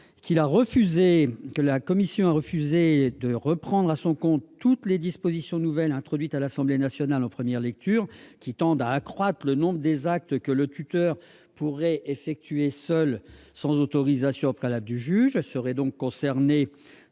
Elle a par ailleurs refusé de reprendre à son compte toutes les dispositions nouvelles introduites par l'Assemblée nationale en première lecture tendant à accroître le nombre des actes que le tuteur pourrait effectuer seul, sans autorisation préalable du juge. Seraient concernées